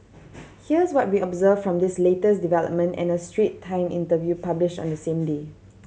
here's what we observed from this latest development and a Strait Time interview published on the same day